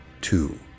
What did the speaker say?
two